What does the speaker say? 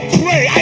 pray